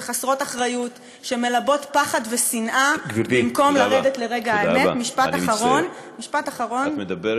חברות וחברים, משפט אחרון, אדוני: